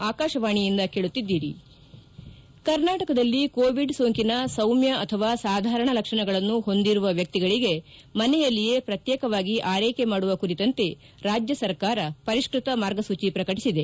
ಮುಖ್ಯಾಂಶ ಕರ್ನಾಟಕದಲ್ಲಿ ಕೋವಿಡ್ ಸೋಂಕಿನ ಸೌಮ್ಯ ಅಥವಾ ಸಾಧಾರಣ ಲಕ್ಷಣಗಳನ್ನು ಹೊಂದಿರುವ ವ್ಲಕ್ತಿಗಳಿಗೆ ಮನೆಯಲ್ಲಿಯೇ ಪ್ರತ್ಯೇಕವಾಗಿ ಆರ್ೈಕೆ ಮಾಡುವ ಕುರಿತಂತೆ ರಾಜ್ಯ ಸರ್ಕಾರ ಪರಿಷ್ಪತ ಮಾರ್ಗಸೂಚಿ ಬಿಡುಗಡೆ